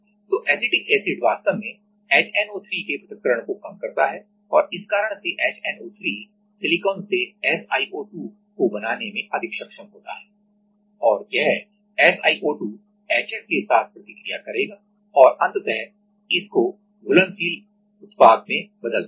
तो acetic acid वास्तव में HNO3 के पृथक्करण को कम करता है और इस कारण से HNO3 सिलिकॉन से SiO2 को बनाने में अधिक सक्षम होता है और यह SiO2 HF के साथ प्रतिक्रिया करेगा और अंततः इस घुलनशील उत्पाद को बना देगा